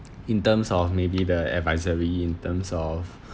in terms of maybe the advisory in terms of